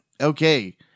Okay